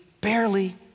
barely